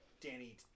Danny